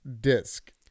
disc